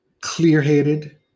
clear-headed